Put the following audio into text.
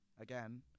again